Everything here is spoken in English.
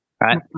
right